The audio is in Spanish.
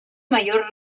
mayor